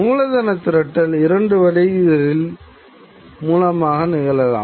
மூலதன திரட்டல் இரண்டு வழிமுறைகளில் மூலமாக நிகழலாம்